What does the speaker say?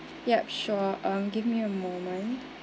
yup sure um give me a moment